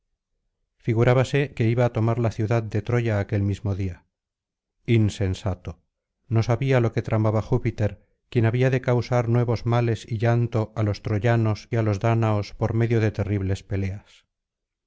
figurábase que iba á tomar la ciudad de troya aquel mismo día insensato no sabía lo que tramaba júpiter quien había de causar nuevos males y llanto á los troyanos y á los dáñaos por medio de terribles peleas